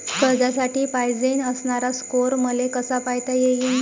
कर्जासाठी पायजेन असणारा स्कोर मले कसा पायता येईन?